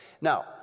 Now